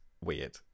weird